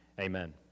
amen